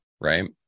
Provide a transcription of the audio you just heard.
right